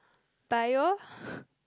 bio